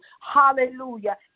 hallelujah